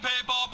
people